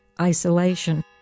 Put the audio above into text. isolation